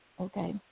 okay